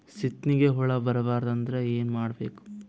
ಸೀತ್ನಿಗೆ ಹುಳ ಬರ್ಬಾರ್ದು ಅಂದ್ರ ಏನ್ ಮಾಡಬೇಕು?